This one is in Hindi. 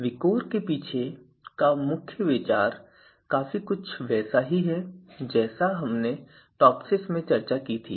विकोर के पीछे का मुख्य विचार काफी कुछ वैसा ही है जैसा हमने टॉपसिस में चर्चा की थी